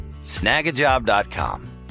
snagajob.com